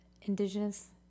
indigenous